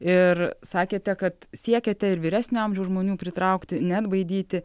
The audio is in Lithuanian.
ir sakėte kad siekiate ir vyresnio amžiaus žmonių pritraukti neatbaidyti